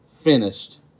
finished